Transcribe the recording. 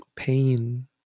pain